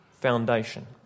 foundation